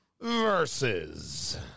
versus